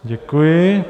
Děkuji.